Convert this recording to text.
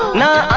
no!